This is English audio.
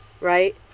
right